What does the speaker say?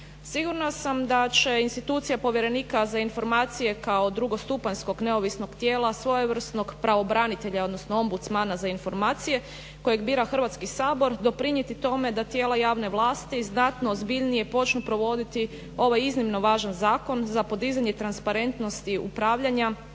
Sigurna sam da će institucije povjerenika za informacije kao drugostupanjskog neovisnog tijela svojevrsnog pravobranitelja, odnosno ombudsmana za informacije kojeg bira Hrvatski sabor doprinijeti tome da tijela javne vlasti znatno ozbiljnije počnu provoditi ovaj iznimno važan zakon za podizanje transparentnosti upravljanja,